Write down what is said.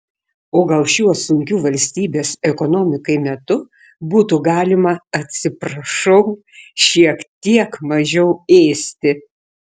o gal šiuo sunkiu valstybės ekonomikai metu būtų galima atsiprašau šiek tiek mažiau ėsti